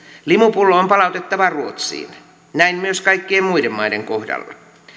limupullo on palautettava ruotsiin näin myös kaikkien muiden maiden kohdalla